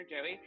Joey